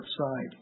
outside